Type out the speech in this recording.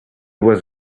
was